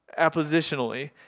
appositionally